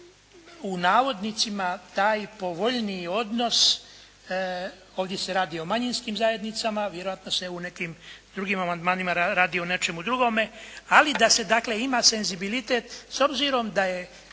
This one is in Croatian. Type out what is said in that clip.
se postigne taj "povoljniji odnos", ovdje se radi o manjinskim zajednicama. Vjerojatno se u nekim drugim amandmanima radi o nečemu drugome, ali da se, dakle, ima senzibilitet, s obzirom da je